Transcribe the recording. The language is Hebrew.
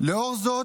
לאור זאת,